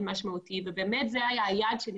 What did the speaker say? אבל עכשיו אני שמחה מאוד שעליתי וששירתי ושאני עדיין פה,